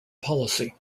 policy